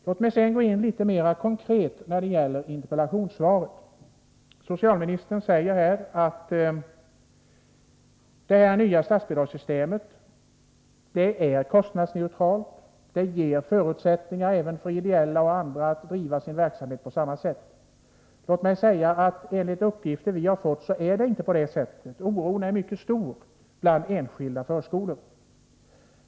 Låt mig sedan gå in litet mera konkret på interpellationssvaret. Socialministern säger att det nya statsbidragssystemet är kostnadsneutralt och att det ger förutsättningar även för ideella föreningar och andra att driva sin verksamhet på samma sätt. Enligt uppgifter vi har fått är det inte på det sättet. Oron är mycket stor bland enskilda förskolor.